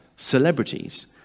Celebrities